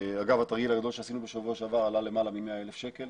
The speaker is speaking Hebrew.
אגב התרגיל הגדול שעשינו שבוע שעבר עלה למעלה מ-100,000 שקל